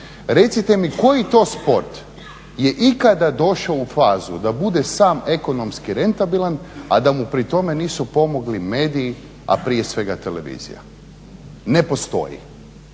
Recite mi koji to sport je ikada došao u fazu da bude sam ekonomski rentabilan a da mu pri tome nisu pomogli mediji a prije svega televizija, ne postoji,